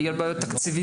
בגלל בעיות תקציביות,